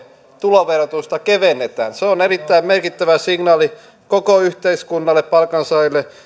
tuloverotusta kevennetään se on erittäin merkittävä signaali koko yhteiskunnalle palkansaajille